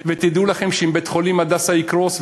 ותדעו לכם שאם בית-חולים "הדסה" יקרוס,